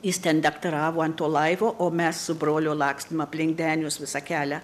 jis ten daktaravo ant to laivo o mes su broliu lakstėm aplink denius visą kelią